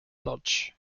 lodge